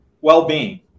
well-being